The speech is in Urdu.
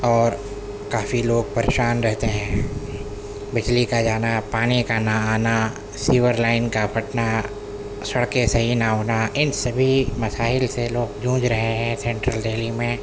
اور کافی لوگ پریشان رہتے ہیں بجلی کا جانا پانی کا نہ آنا سیور لائن کا پھٹنا سڑکیں صحیح نہ ہونا ان سبھی مسائل سے لوگ جھوجھ رہے ہیں سینٹرل دہلی میں